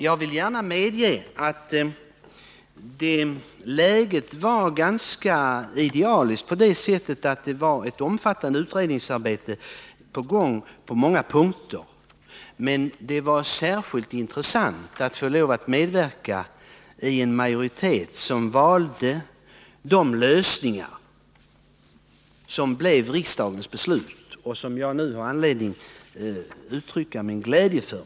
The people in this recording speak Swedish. Jag vill gärna medge att läget var ganska idealiskt på det sättet att det var ett omfattande utredningsarbete på gång på många punkter, men det var särskilt intressant att få medverkai Nr 110 en majoritet som valde de lösningar som blev riksdagens beslut och som jag Onsdagen den nu har anledning att uttrycka min glädje över.